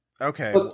Okay